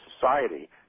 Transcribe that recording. Society